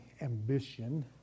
ambition